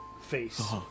face